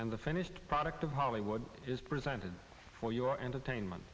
and the finished product of hollywood is presented for your entertainment